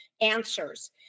answers